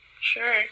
Sure